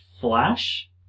flash